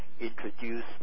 introduce